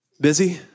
Busy